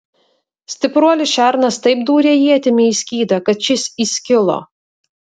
stipruolis šernas taip dūrė ietimi į skydą kad šis įskilo